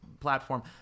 platform